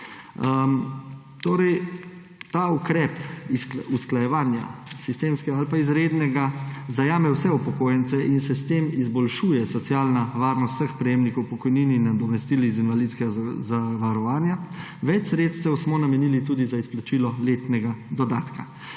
ta ukrep usklajevanja, sistemskega ali pa izrednega, zajame vse upokojence in se s tem izboljšuje socialna varnost vseh prejemnikov pokojnin in nadomestil iz invalidskega zavarovanja. Več sredstev smo namenili tudi za izplačilo letnega dodatka.